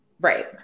Right